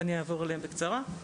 ואני אעבור עליהן בקצרה.